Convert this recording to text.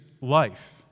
life